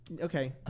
okay